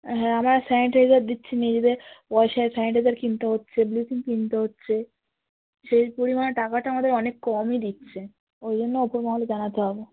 হ্যাঁ আমরা স্যানিটাইজার দিচ্ছি নিজেদের পয়সায় স্যানিটাইজার কিনতে হচ্ছে ব্লিচিং কিনতে হচ্ছে সেই পরিমাণে টাকাটা আমাদের অনেক কমই দিচ্ছে ওই জন্য ওপর মহলে জানাতে হবে